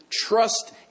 trust